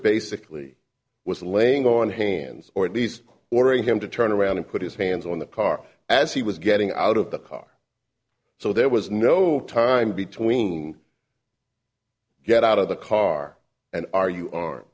basically was laying on hands or at least ordering him to turn around and put his hands on the car as he was getting out of the car so there was no time between get out of the car and are you are